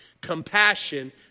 Compassion